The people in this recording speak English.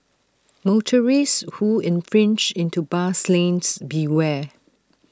motorists who infringe into bus lanes beware